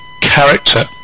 character